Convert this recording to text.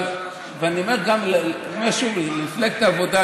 אני אומר שוב למפלגת העבודה,